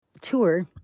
tour